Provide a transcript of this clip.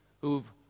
who've